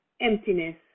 emptiness